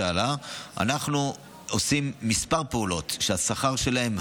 אנחנו עושים כמה פעולות כדי שהשכר שלהם,